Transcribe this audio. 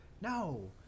No